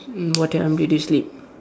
mm what time did you sleep